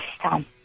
Tom